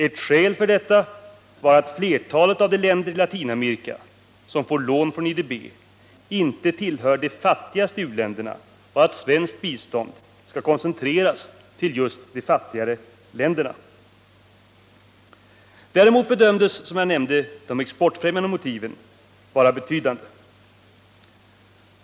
Ett skäl för detta var att flertalet av de länder i Latinamerika som får lån från IDB inte tillhör de fattigaste u-länderna och att svenskt bistånd skall koncentreras till just de fattigare länderna. Däremot bedömdes som jag nämnde de exportfrämjande motiven vara betydande.